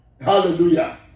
Hallelujah